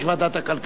ראש הסיעה,